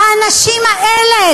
"האנשים האלה",